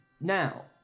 Now